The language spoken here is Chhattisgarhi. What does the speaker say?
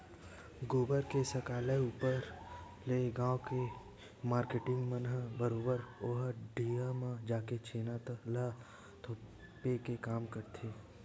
गोबर के सकलाय ऊपर ले गाँव के मारकेटिंग मन ह बरोबर ओ ढिहाँ म जाके छेना ल थोपे के काम करथे